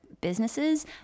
businesses